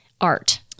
art